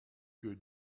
que